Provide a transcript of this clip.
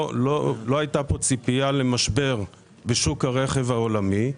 לא הייתה פה ציפייה למשבר בשוק הרכב העולמי.